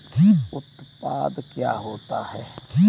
उत्पाद क्या होता है?